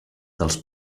dels